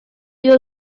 you